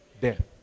death